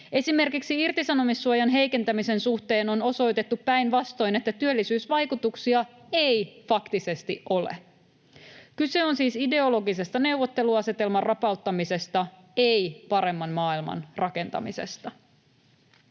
Esimerkiksi irtisanomissuojan heikentämisen suhteen on osoitettu päinvastoin, että työllisyysvaikutuksia ei faktisesti ole. Kyse on siis ideologisesta neuvotteluasetelman rapauttamisesta, ei paremman maailman rakentamisesta.